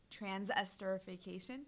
transesterification